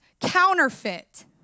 counterfeit